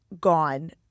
gone